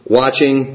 watching